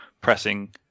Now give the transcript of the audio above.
pressing